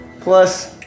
Plus